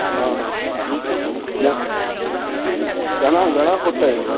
हा हा न घणा घणा फुट आहिनि